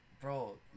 Bro